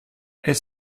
est